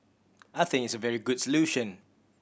I think it's a very good solution